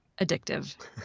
addictive